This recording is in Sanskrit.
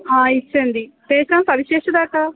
इच्छन्ति तेषां परिशेषा का